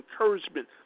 encouragement